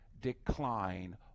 decline